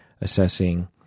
assessing